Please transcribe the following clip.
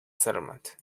settlement